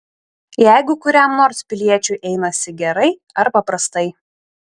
jeigu kuriam nors piliečiui einasi gerai arba prastai